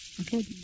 Okay